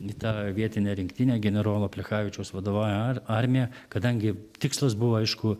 į tą vietinę rinktinę generolo plechavičiaus vadovaujamą ar armiją kadangi tikslas buvo aišku